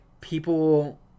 people